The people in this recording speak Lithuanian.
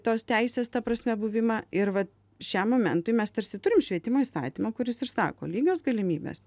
tos teisės ta prasme buvimą ir vat šiam momentui mes tarsi turim švietimo įstatymą kuris ir sako lygios galimybės